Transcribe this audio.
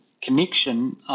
connection